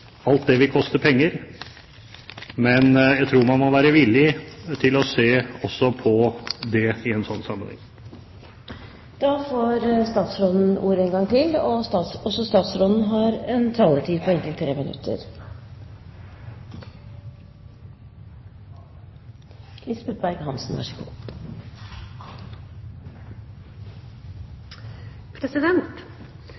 vil koste penger. Men jeg tror man må være villig til å se også på det i en